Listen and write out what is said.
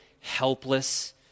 helpless